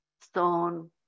stone